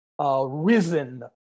Risen